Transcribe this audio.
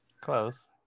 Close